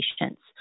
patients